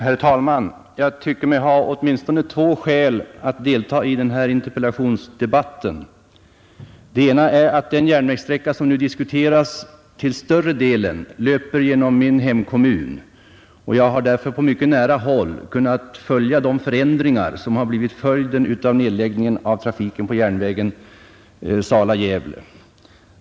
Herr talman! Jag tycker mig ha åtminstone två skäl för att delta i den här interpellationsdebatten. Det ena är att den järnvägssträcka som nu diskuteras till större delen löper genom min hemkommun, och jag har därför på mycket nära håll kunnat följa de förändringar som har blivit följden av nedläggningen av trafiken på järnvägen Sala-Gävle.